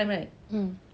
mm